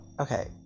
okay